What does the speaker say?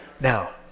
Now